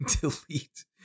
delete